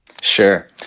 Sure